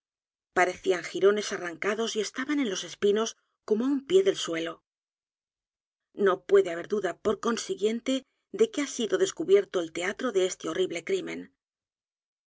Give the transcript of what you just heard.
parecían jirones arrancados y estaban en los espinos c o m o á un pie del suelo edgar poe novelas y cuentos no puede haber duda por consiguiente d e q u e ha sido descubierto el teatro de este horrible